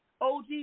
OG